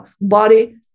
body